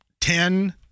ten